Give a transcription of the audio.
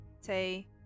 say